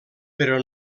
però